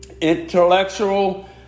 intellectual